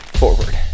forward